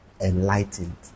enlightened